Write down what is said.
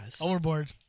overboard